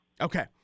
Okay